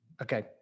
Okay